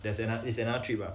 there's another is another trip ah